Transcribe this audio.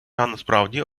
насправді